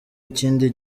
ikindi